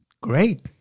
Great